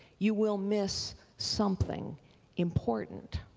you will miss something important.